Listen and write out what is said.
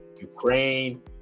Ukraine